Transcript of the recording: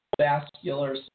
vascular